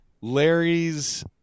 Larry's